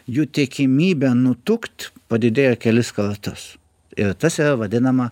jų tikimybė nutukt padidėja kelis kartus ir tas yra vadinama